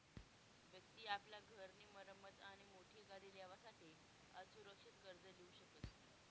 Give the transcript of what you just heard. व्यक्ति आपला घर नी मरम्मत आणि मोठी गाडी लेवासाठे असुरक्षित कर्ज लीऊ शकस